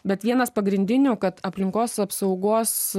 bet vienas pagrindinių kad aplinkos apsaugos